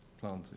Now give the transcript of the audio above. planted